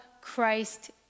Christ